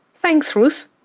thanks ruth.